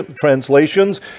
translations